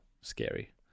scary